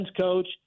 coach